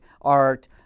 art